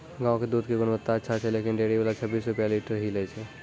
गांव के दूध के गुणवत्ता अच्छा छै लेकिन डेयरी वाला छब्बीस रुपिया लीटर ही लेय छै?